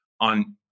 on